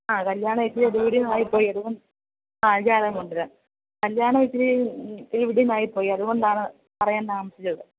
ആ കല്യാണം ഇച്ചിരി ദൂരെ ആയിപ്പോയി അതുകൊണ്ട് ആ ജാതകം കൊണ്ടുവരാം കല്യാണം ഇത്തിരി ആയിപ്പോയി അതുകൊണ്ടാണ് പറയാൻ താമസിച്ചത്